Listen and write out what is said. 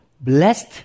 blessed